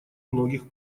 многих